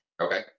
Okay